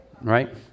right